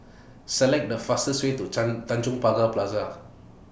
Select The fastest Way to Tanjong Pagar Plaza